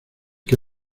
que